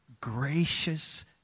gracious